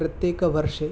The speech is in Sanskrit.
प्रत्येकवर्षे